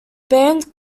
band